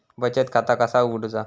बचत खाता कसा उघडूचा?